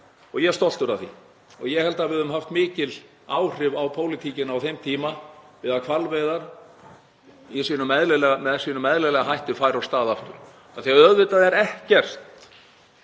og ég er stoltur af því. Ég held að við höfum haft mikil áhrif á pólitíkina á þeim tíma, á að hvalveiðar, með sínum eðlilega hætti, færu af stað aftur. Auðvitað er ekkert